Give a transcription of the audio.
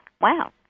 Wow